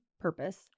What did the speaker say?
purpose